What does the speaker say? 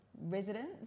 residents